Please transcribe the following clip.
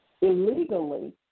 illegally